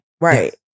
Right